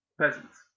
peasants